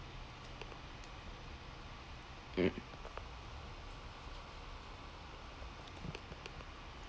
mm